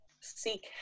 seek